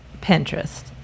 pinterest